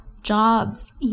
Jobs